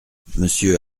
monsieur